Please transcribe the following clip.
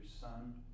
son